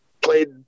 played